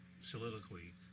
soliloquy